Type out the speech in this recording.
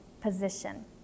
position